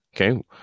Okay